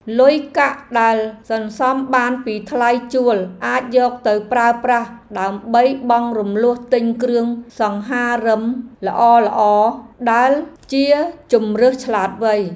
លុយកាក់ដែលសន្សំបានពីថ្លៃជួលអាចយកទៅប្រើប្រាស់ដើម្បីបង់រំលស់ទិញគ្រឿងសង្ហារិមល្អៗដែលជាជម្រើសឆ្លាតវៃ។